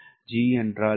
G என்றால் என்ன